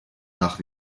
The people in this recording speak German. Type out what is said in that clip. nach